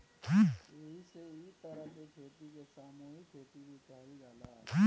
एही से इ तरह के खेती के सामूहिक खेती भी कहल जाला